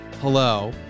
hello